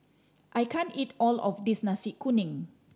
I can't eat all of this Nasi Kuning